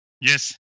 yes